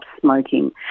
smoking